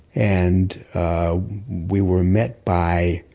and we were met by